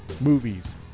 movies